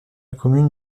commune